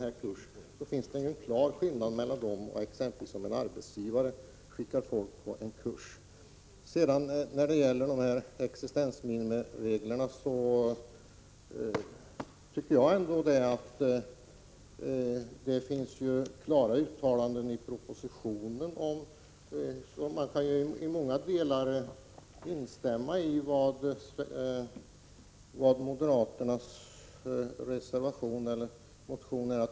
Därför föreligger det en klar skillnad mellan denna kategori och t.ex. de personer som arbetsgivare skickar till en kurs. Beträffande existensminimireglerna tycker jag att det finns klara uttalanden i propositionen. I många avseenden kan man instämma i vad som står i moderaternas motion och reservation.